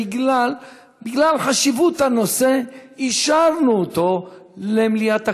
בגלל חשיבות הנושא אישרנו אותו למליאת הכנסת,